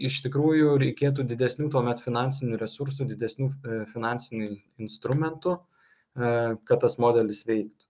iš tikrųjų reikėtų didesnių tuomet finansinių resursų didesnių f e finansinių instrumentų a kad tas modelis veiktų